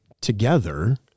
together